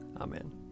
Amen